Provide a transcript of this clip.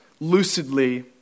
lucidly